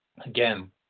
Again